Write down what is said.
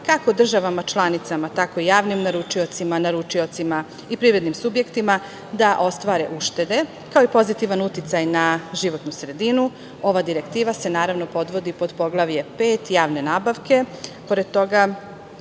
kako državama članicama, tako i javnim naručiocima i privrednim subjektima da ostvare uštede, kao i pozitivan uticaj na životnu sredinu. Ova direktiva se, naravno, podvodi pod poglavlje pet javne nabavke. Pored toga,